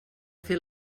fer